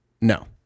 no